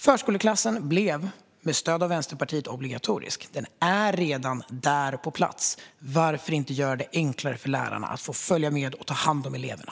Förskoleklassen blev med stöd av Vänsterpartiet obligatorisk. Den är redan på plats. Varför inte göra det enklare för lärarna att följa med och ta hand om eleverna?